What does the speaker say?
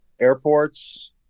airports